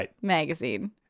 magazine